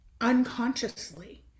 Unconsciously